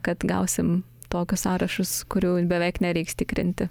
kad gausim tokius sąrašus kurių beveik nereiks tikrinti